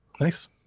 Nice